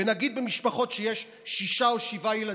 ונגיד במשפחות שיש בהן שישה או שבעה ילדים,